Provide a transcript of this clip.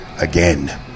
again